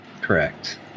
Correct